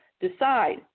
decide